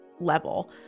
level